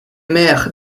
maires